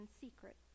secret